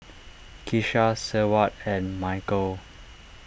Keesha Seward and Mychal